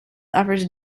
offers